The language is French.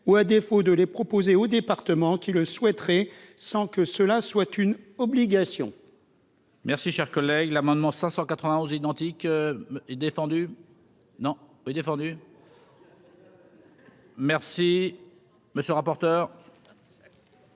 ou, à défaut de les proposer au département qui le souhaiteraient, sans que cela soit une obligation.